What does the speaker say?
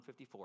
154